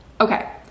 Okay